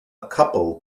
couple